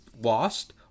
lost